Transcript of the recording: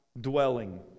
dwelling